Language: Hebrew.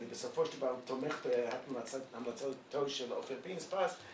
ואני בסופו של דבר תומך בהמלצתו של אופיר פינס פז,